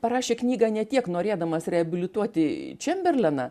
parašė knygą ne tiek norėdamas reabilituoti čemberleną